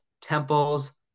temples